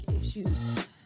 issues